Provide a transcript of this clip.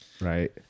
Right